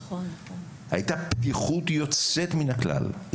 הייתה פתיחות יוצאת מן הכלל.